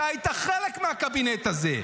אתה היית חלק מהקבינט הזה.